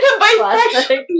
bisexual